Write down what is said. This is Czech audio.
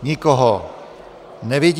Nikoho nevidím.